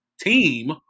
team